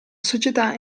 società